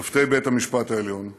שופטי בית המשפט העליון,